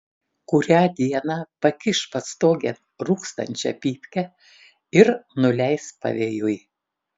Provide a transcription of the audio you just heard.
kurią dieną pakiš pastogėn rūkstančią pypkę ir nuleis pavėjui